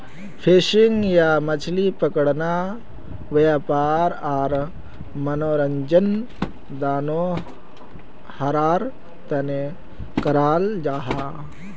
fishing या मछली पकड़ना वयापार आर मनोरंजन दनोहरार तने कराल जाहा